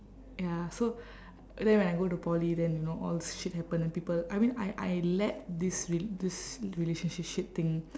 ya so then when I go to poly then you know all shit happen and people I mean I I let this rel~ this relationship thing